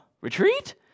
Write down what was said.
retreat